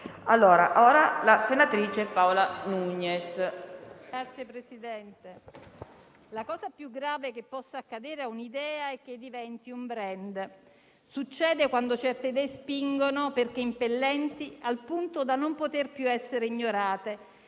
la cosa più grave che possa accadere ad un'idea è che diventi un *brand*: succede quando certe idee spingono, perché impellenti al punto da non poter più essere ignorate;